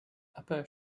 upper